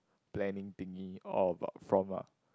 planning thingy all about form ah